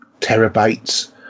terabytes